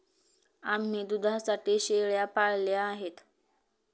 आम्ही दुधासाठी शेळ्या पाळल्या आहेत